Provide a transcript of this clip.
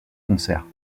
concert